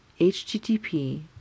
HTTP